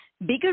bigger